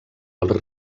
als